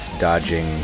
dodging